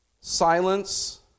silence